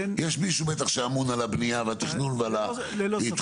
יש מישהו בטח שאמון על הבנייה והתכנון ועל ההתחדשות.